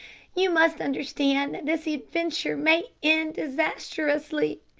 you must understand that this adventure may end disastrously.